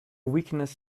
weakness